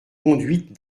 conduites